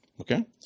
Okay